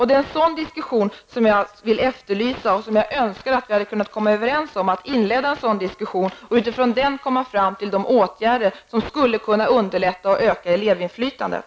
Det är en sådan diskussion jag efterlyser, och jag hade hoppats att vi skulle ha kunnat komma överens om att inleda en sådan diskussion och utifrån den komma fram till de åtgärder som skulle kunna underlätta och öka elevinflytandet.